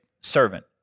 servant